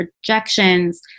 projections